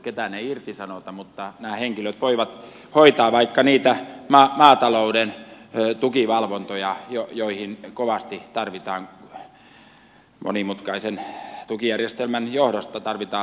ketään ei irtisanota mutta nämä henkilöt voivat hoitaa vaikka niitä maatalouden tukivalvontoja joihin tarvitaan monimutkaisen tukijärjestelmän johdosta lisää voimia